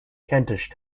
kentish